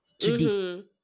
today